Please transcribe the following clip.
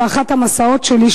באחד המסעות שלי,